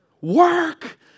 Work